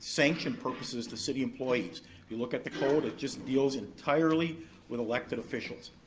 sanction purposes to city employees. if you look at the code it just deals entirely with elected officials.